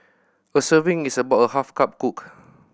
a serving is about a half cup cooked